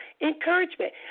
encouragement